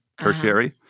tertiary